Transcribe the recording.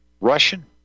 Russian